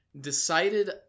decided